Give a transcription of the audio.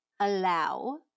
allow